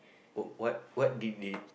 what what did they